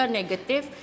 negative